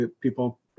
people